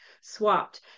swapped